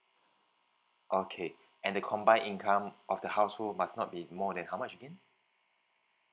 okay and the combined income of the household must not be more than how much again